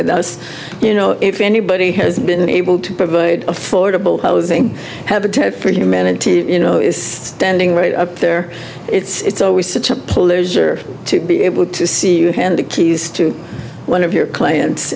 with us you know if anybody has been able to provide affordable housing habitat for humanity you know is standing right up there it's always such a pleasure to be able to see you hand the keys to one of your cl